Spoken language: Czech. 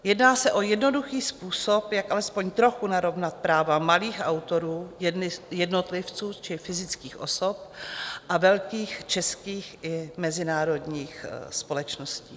Jedná se o jednoduchý způsob, jak alespoň trochu narovnat práva malých autorů, jednotlivců či fyzických osob a velkých českých i mezinárodních společností.